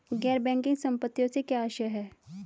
गैर बैंकिंग संपत्तियों से क्या आशय है?